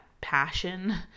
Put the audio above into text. passion